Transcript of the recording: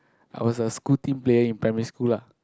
I was a school team player in primary school lah